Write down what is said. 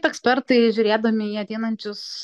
ekspertai žiūrėdami į ateinančius